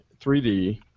3D